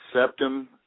septum